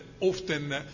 often